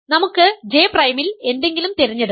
നമുക്ക് J പ്രൈമിൽ എന്തെങ്കിലും തിരഞ്ഞെടുക്കാം